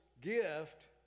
gift